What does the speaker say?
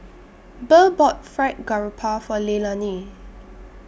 Burr bought Fried Garoupa For Leilani